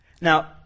Now